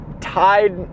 tied